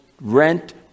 rent